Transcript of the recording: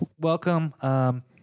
welcome